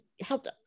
helped